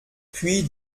puis